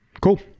Cool